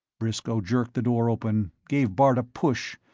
briscoe jerked the door open, gave bart a push,